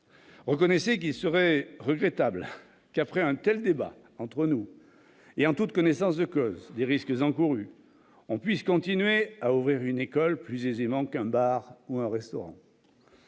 Reconnaissez-le, il serait regrettable que, après un tel débat entre nous et en toute connaissance de cause des risques encourus, on puisse continuer à ouvrir une école plus aisément qu'un bar ou un restaurant